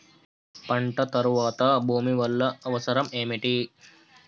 పంట తర్వాత భూమి వల్ల అవసరం ఏమిటి?